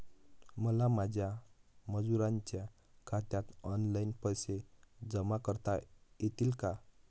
मला माझ्या मजुरांच्या खात्यात ऑनलाइन पैसे जमा करता येतील का?